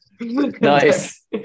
nice